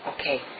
Okay